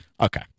Okay